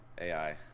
AI